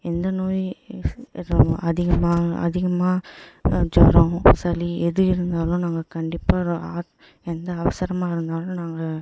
எந்த நோய் ர அதிகமாக அதிகமாக ஜூரம் சளி எது இருந்தாலும் நாங்கள் கண்டிப்பாக ரோ ஆ எந்த அவசரமாக இருந்தாலும் நாங்கள்